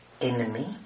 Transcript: enemy